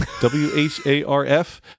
W-H-A-R-F